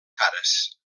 cares